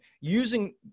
using